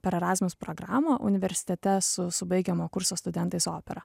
per erazmus programą universitete su su baigiamo kurso studentais operą